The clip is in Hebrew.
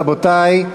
רבותי,